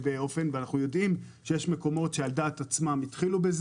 אנחנו יודעים שיש מקומות שהתחילו בזה על דעת עצמם,